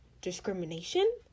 discrimination